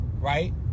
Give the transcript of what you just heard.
right